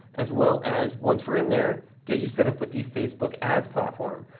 as well as once we're in there, get you set up with the facebook ads platform.